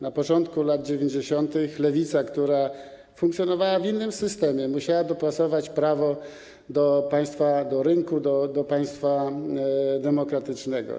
Na początku lat 90. lewica, która funkcjonowała w innym systemie, musiała dopasować prawo do państwa, do rynku, do państwa demokratycznego.